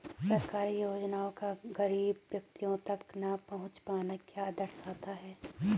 सरकारी योजनाओं का गरीब व्यक्तियों तक न पहुँच पाना क्या दर्शाता है?